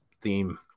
theme